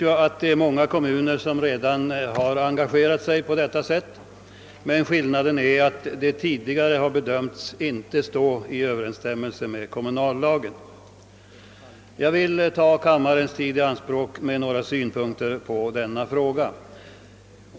Som bekant har många kommuner redan engagerat sig i sådana anläggningar, men tidigare har detta bedömts icke stå i överensstämmelse med kommunallagen. Jag vill nu ta kammarens tid i anspråk med att anföra några synpunkter på denna fråga.